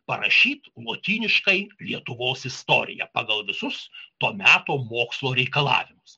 parašyt lotyniškai lietuvos istoriją pagal visus to meto mokslo reikalavimus